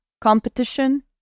competition